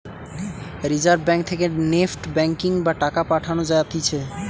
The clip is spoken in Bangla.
রিজার্ভ ব্যাঙ্ক থেকে নেফট ব্যাঙ্কিং বা টাকা পাঠান যাতিছে